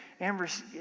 Amber's